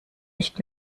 nicht